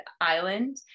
island